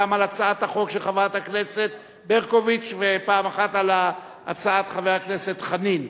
פעם על הצעת החוק של חברת הכנסת ברקוביץ ופעם על הצעת חבר הכנסת חנין.